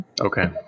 Okay